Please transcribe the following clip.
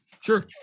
Sure